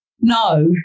No